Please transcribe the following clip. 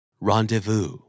Rendezvous